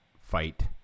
fight